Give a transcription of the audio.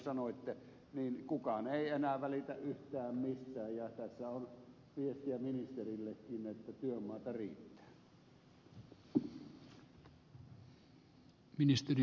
niin kuin sanoitte kukaan ei enää välitä yhtään mistään ja tässä on viestiä ministerillekin että työmaata riittää